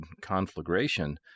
conflagration